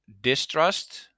distrust